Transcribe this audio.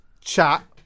chat